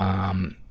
um,